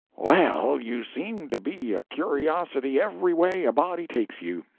well, you seem to be a curiosity every way a body takes you.